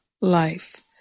life